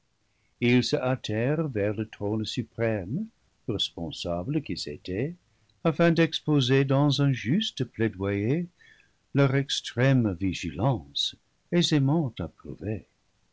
hâtèrent vers le trône suprême responsables qu'ils étaient afin d'exposer dans un juste plaidoyer leur extrême vigilance aisément approuvée